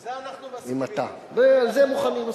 על זה אנחנו מסכימים.